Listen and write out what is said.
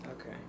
Okay